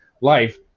life